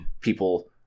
people